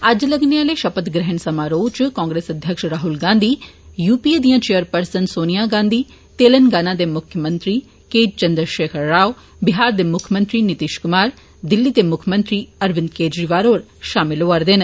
अज्ज लग्गने आले षपथ ग्रहण समारोह च कांग्रेस अध्यक्ष राहुल गांधी यूपीए दियां चेयरपर्सन सोनिया गांधी तेलंगाना दे मुक्खमंत्री के चंद्रषेखर राव बिहार दे मुक्खमंत्री नितीष कुमार दिल्ली दे मुक्खमंत्री अरविंद केजरीवाल होर षामल होआ रदे न